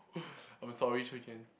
I'm sorry